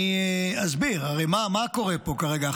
אני אסביר: הרי מה קורה פה כרגע?